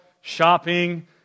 shopping